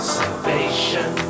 salvation